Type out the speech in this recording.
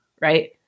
right